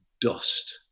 dust